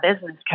business